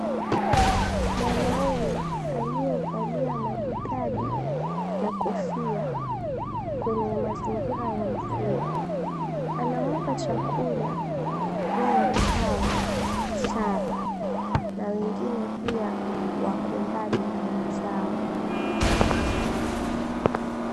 Mwanaume aliyevalia madikadi na kofia .Kwenye mazingira ya mvua. Anawapa chakula ng'ombe hao saba na wengine pia wako mbali na wenzao.